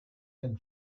can